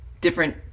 different